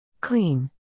Clean